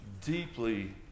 deeply